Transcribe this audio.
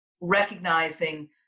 recognizing